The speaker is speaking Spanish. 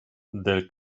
del